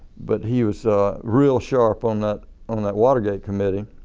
but he was real sharp on that on that watergate committee.